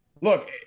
Look